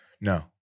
No